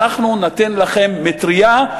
אנחנו ניתן לכם מטרייה,